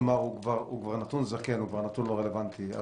כלומר, הוא נתון זקן, הוא כבר לא רלוונטי.